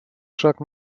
шаг